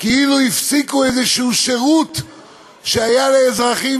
כאילו הפסיקו שירות כלשהו שהיה לאזרחים,